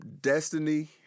destiny